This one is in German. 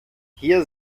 hier